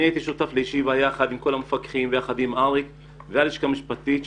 אני ואריק ישבנו בישיבה יחד עם כל המפקחים והלשכה המשפטית.